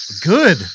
Good